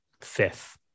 fifth